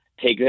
take